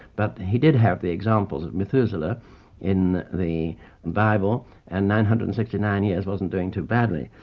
but he did have the examples of methuselah in the bible and nine hundred and sixty nine years wasn't doing too badly,